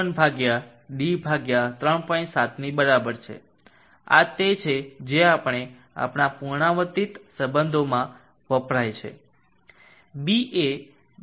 7 ની બરાબર છે આ તે છે જે આપણે આપણા પુનરાવર્તિત સંબંધોમાં વપરાય છે